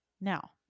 Now